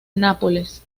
nápoles